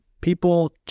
People